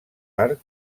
arc